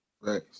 Right